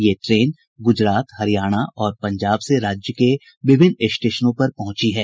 ये ट्रेने गुजरात हरियाणा और पंजाब से राज्य के विभिन्न स्टेशनों पर पहुंची है